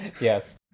Yes